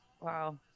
wow